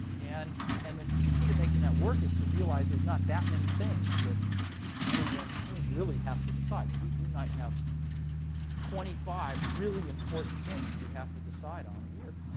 and and the the key to making that work is to realize there's not that many things that any one team really has to decide. and we we might have twenty five really important things we have to decide on a year,